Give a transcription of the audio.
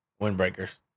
Windbreakers